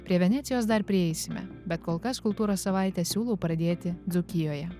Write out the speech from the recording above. prie venecijos dar prieisime bet kol kas kultūros savaitę siūlau pradėti dzūkijoje